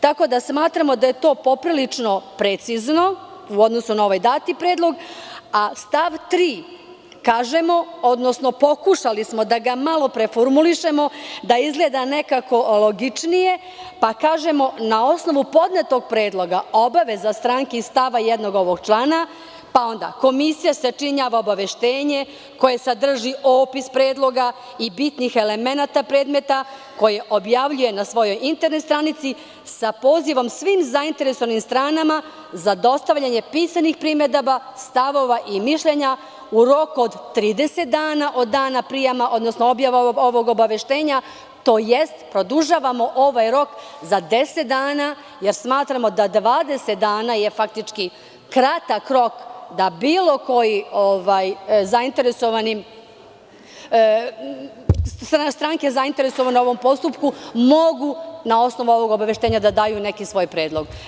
Tako da smatramo da je to poprilično precizno u odnosu na ovaj dati predlog, a stav 3. kaže, odnosno pokušali smo da ga malo preformulišemo da izgleda nekako logičnije, pa kažemo – na osnovu podnetog predloga obaveza stranke iz stava 1. ovog člana, pa onda komisija sačinjava obaveštenje koje sadrži opis predloga i bitnih elemenata predmeta koji objavljuje na svojoj internet stranici sa pozivom svim zainteresovanim stranama za dostavljanje pisanih primedaba, stavova i mišljenja u roku od 30 dana od dana prijema, odnosno objave ovog obaveštenja tj. produžavamo ovaj rok za deset dana jer smatramo da 20 dana je faktički kratak rok da bilo koje stranekzainteresovane u ovom postupku mogu na osnovu ovog obaveštenja da daju neki svoj predlog.